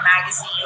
magazine